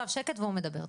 אז עכשיו שקט והוא מדבר.